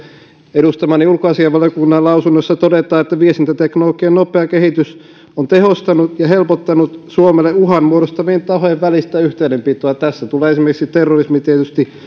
edustamani ulkoasiainvaliokunnan lausunnossa todetaan että viestintäteknologian nopea kehitys on tehostanut ja helpottanut suomelle uhan muodostavien tahojen välistä yhteydenpitoa tässä tulee esimerkiksi terrorismi tietysti